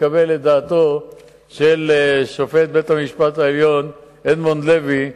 לקבל את דעתו של שופט בית-המשפט העליון אדמונד לוי,